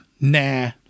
nah